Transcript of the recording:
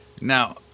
Now